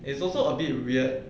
it's also a bit weird